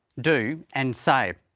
do, and say.